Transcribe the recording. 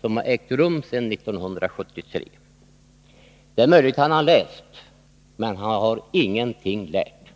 som hade ägt rum sedan 1973. Det är möjligt att han har läst, men han har ingenting lärt.